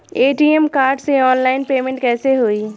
ATM card से online payment कैसे होई?